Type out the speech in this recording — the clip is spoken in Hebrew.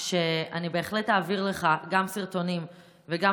אני בהחלט אעביר לך גם סרטונים וגם